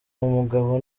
umugabo